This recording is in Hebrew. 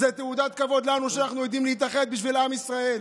זו תעודת כבוד לנו שאנחנו יודעים להתאחד בשביל עם ישראל.